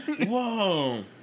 Whoa